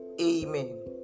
Amen